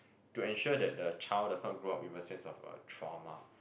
to ensure that the child does not grow up with a sense of uh trauma